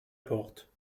porte